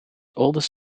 oldest